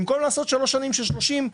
במקום לעשות שלוש שנים של 30%,